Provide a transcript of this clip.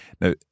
Now